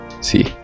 See